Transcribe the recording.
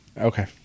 okay